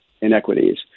inequities